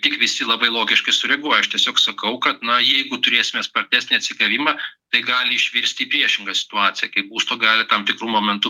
tik visi labai logiški sureaguoja aš tiesiog sakau kad na jeigu turėsime spartesnį atsigavimą tai gali išvirst į priešingą situaciją kai būsto gali tam tikru momentu